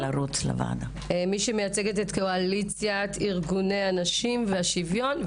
מי שמייצגת את קואליציית ארגוני הנשים והשוויון.